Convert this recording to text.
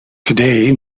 today